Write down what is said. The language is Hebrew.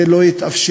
זה לא יתאפשר.